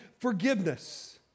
forgiveness